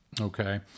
Okay